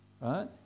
Right